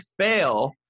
fail